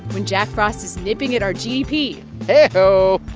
when jack frost is nipping at our gdp hey-ho.